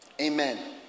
Amen